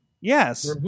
Yes